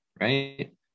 right